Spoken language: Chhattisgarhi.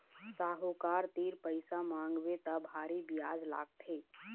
साहूकार तीर पइसा मांगबे त भारी बियाज लागथे